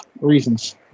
reasons